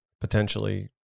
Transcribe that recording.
potentially